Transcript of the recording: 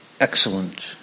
excellent